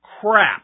crap